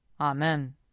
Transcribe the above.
Amen